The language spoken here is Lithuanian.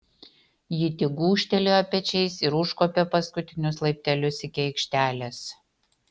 ji tik gūžtelėjo pečiais ir užkopė paskutinius laiptelius iki aikštelės